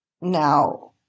Now